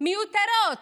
מיותרות